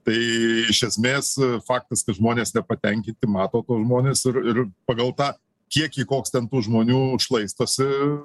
tai iš esmės faktas kad žmonės nepatenkinti mato tuos žmones ir ir pagal tą kiekį koks ten tų žmonių šlaistosi